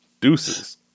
Deuces